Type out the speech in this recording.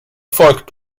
folgt